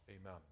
Amen